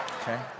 okay